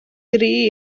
dri